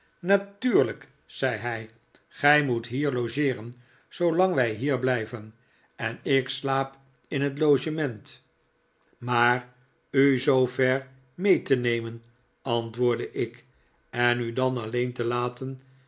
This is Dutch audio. natuurlijk zei hij gij moet hier logeeren zoolang wij hier blijven en ik slaap in het logement maar u zoo ver mee te nemen antwoordde ik en u dan alleen te laten